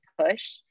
push